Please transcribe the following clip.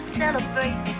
celebrate